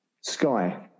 Sky